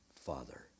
father